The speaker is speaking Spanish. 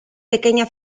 pequeña